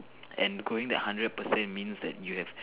and going that hundred percent means that you have